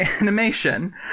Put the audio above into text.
animation